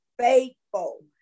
faithful